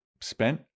spent